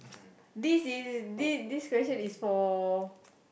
this is this this question is for